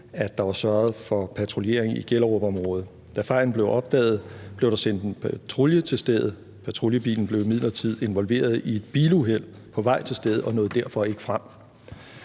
at der var sørget for patruljering i Gellerupområdet. Da fejlen blev opdaget, blev der sendt en patrulje til stedet. Patruljebilen blev imidlertid involveret i et biluheld på vej til stedet og nåede derfor ikke frem.